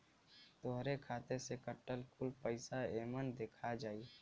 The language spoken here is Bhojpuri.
तोहरे खाते से कटल कुल पइसा एमन देखा जाई